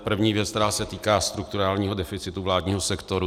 První věc, která se týká strukturálního deficitu vládního sektoru.